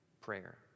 prayer